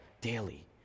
daily